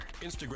Instagram